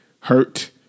hurt